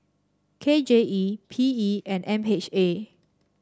K J E P E and M H A